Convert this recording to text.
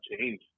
change